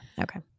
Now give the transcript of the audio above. Okay